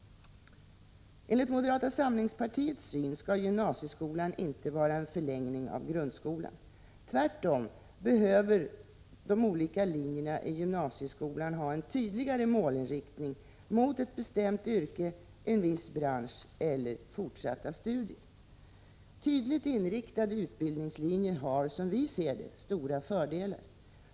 Enligt moderata samlingspartiets syn skall gymnasieskolan inte vara en förlängning av grundskolan. Tvärtom behöver de olika linjerna i gymnasieskolan ha en tydligare målinriktning mot ett bestämt yrke, en viss bransch eller fortsatta studier. Tydligt inriktade utbildningslinjer har, som vi ser det, stora fördelar.